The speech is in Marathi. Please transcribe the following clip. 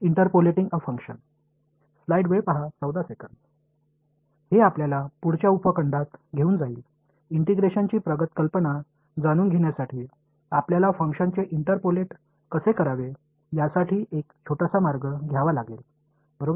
हे आपल्याला पुढच्या उपखंडात घेऊन जाईल इंटिग्रेशनची प्रगत कल्पना जाणून घेण्यासाठी आपल्याला फंक्शनचे इंटरपॉलेट कसे करावे यासाठी एक छोटासा मार्ग घ्यावा लागेल बरोबर